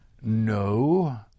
No